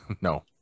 No